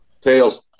Tails